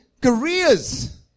careers